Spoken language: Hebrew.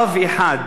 רב אחד